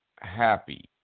happy